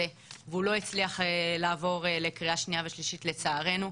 והוא לא הצליח לעבור לקריאה שנייה ושלישית לצערנו.